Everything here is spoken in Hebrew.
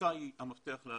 הקליטה היא המפתח לעלייה.